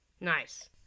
Nice